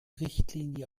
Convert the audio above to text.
richtlinie